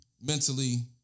mentally